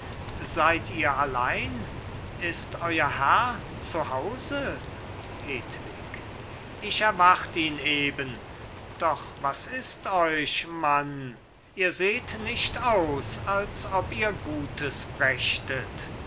seid ihr allein ist euer herr zu hause hedwig ich erwart ihn eben doch was ist euch mann ihr seht nicht aus als ob ihr gutes brächtet